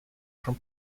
from